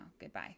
Goodbye